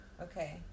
Okay